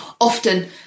often